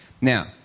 Now